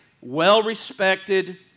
well-respected